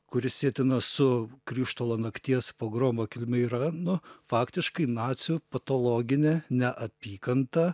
kuri sietina su krištolo nakties pogromo kilme yra nu faktiškai nacių patologinė neapykanta